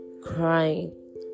crying